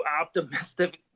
optimistic